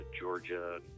Georgia